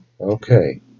Okay